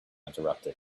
interrupted